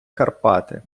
карпати